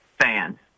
fans